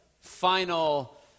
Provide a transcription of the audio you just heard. final